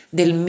del